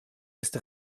ist